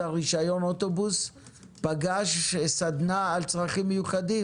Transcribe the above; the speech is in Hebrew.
הרישיון יעבור סדנה על צרכים מיוחדים.